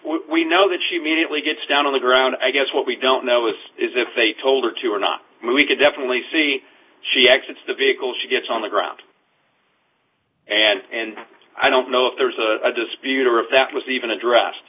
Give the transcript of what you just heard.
we know that she immediately gets down on the ground i guess what we don't know is is if they told her to or not we could definitely see she exits the vehicle she gets on the ground and i don't know if there is a dispute or if that was even addressed